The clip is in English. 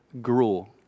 gruel